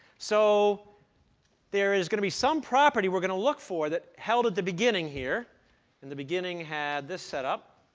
so there is going to be some property we're going to look for that held at the beginning here and the beginning had this set up